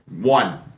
one